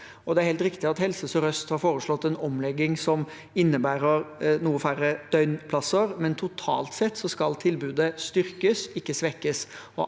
Det er helt riktig at Helse sør-øst har foreslått en omlegging som innebærer noe færre døgnplasser, men totalt sett skal tilbudet styrkes, ikke svekkes.